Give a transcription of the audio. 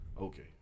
okay